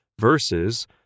versus